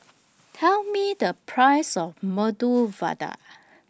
Tell Me The Price of Medu Vada